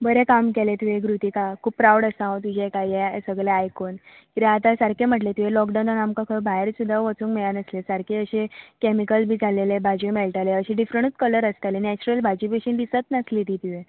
बरें काम केलें तुवें कृतिका खूब प्रावड आसा हांव तुजें हे काम हें सगलें आयकून कित्याक आतां सारकें म्हणलें तुवें लॉकडावनान आमकां खंय भायर सुद्दां वचूंक मेळूंक नासलें सारकें अशें कॅमिकल बी जालेले भाज्यो मेळटालें अशें डिफ्रणूच कलर आसतालें नॅचरल भाजी भाशीन दिसत नासली ती कितें